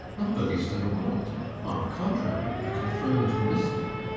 not the least in the world on the contrary, a confirmed mystic.